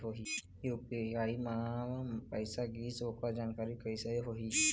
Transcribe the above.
UPI म पैसा गिस ओकर जानकारी कइसे होही?